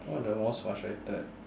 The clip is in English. what the most frustrated